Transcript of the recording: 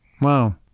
Wow